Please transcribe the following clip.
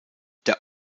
der